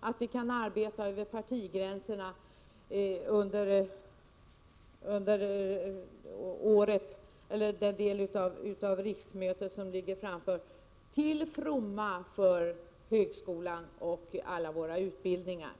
att kunna arbeta över partigränser na under den del av riksmötet som återstår — till fromma för högskolan och Prot. 1987/88:90 alla våra utbildningar.